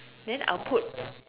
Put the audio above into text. then I'll put